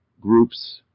groups